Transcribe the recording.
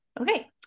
okay